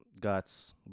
guts